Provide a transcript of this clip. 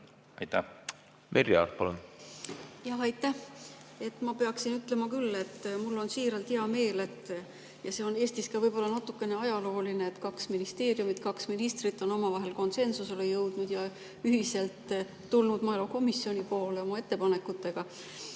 hull. Merry Aart, palun! Aitäh! Ma peaksin ütlema küll, et mul on siiralt hea meel, see on Eestis võib-olla ka natukene ajalooline, et kaks ministeeriumit, kaks ministrit on omavahel konsensusele jõudnud ja ühiselt tulnud maaelukomisjoni poole oma ettepanekutega.